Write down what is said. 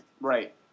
Right